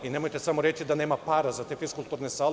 Nemojte samo reći da nema para za te fiskulturne sale.